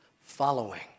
following